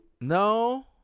No